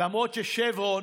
למרות ששברון